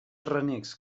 renecs